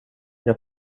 jag